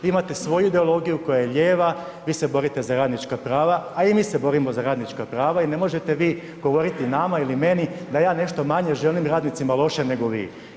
Vi imate svoju ideologiju koja je lijeva, vi se borite za radnička prava, a i mi se borimo za radnička prava i ne možete vi govoriti nama ili meni da ja nešto manje želim radnicima loše nego vi.